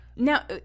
Now